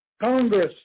Congress